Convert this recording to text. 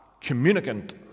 communicant